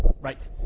right